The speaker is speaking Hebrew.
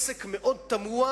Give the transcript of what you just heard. עסק מאוד תמוה,